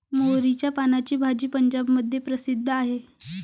मोहरीच्या पानाची भाजी पंजाबमध्ये प्रसिद्ध आहे